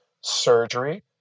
surgery